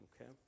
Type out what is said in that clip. okay